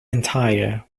entire